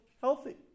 healthy